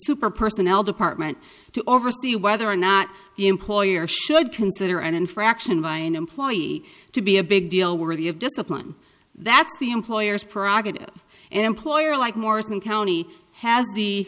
super personnel department to oversee whether or not the employer should consider an infraction by an employee to be a big deal worthy of discipline that's the employer's profit of an employer like morrison county has the